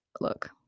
Look